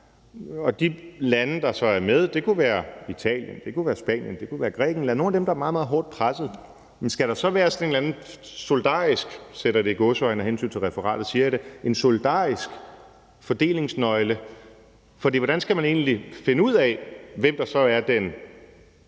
og de lande, der så er med – det kunne være Italien, det kunne være Spanien, det kunne være Grækenland – er nogle af dem, der er meget, meget hårdt pressede, skal der så være sådan en eller anden i gåseøjne solidarisk fordelingsnøgle? For hvordan skal man egentlig finde ud af, hvem der så er den